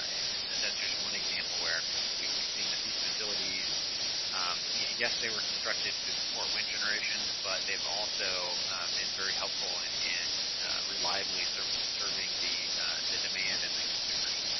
and that's just one example where we've we've seen that these facilities yes, they were constructed to support wind generation, but they've also been very helpful in reliably so serving the the demand and the consumers.